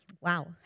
Wow